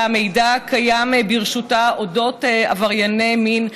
המידע הקיים ברשותה על אודות עברייני מין.